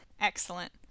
Excellent